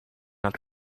nad